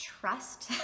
trust